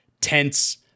tense